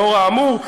לאור האמור,